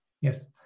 Yes